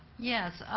yes,